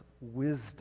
wisdom